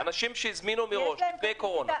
אנשים שהזמינו מראש, לפני הקורונה.